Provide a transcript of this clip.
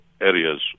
areas